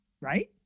right